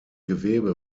gewebe